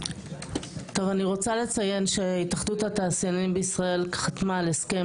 אני רוצה לציין שהתאחדות התעשיינים בישראל חתמה על הסכם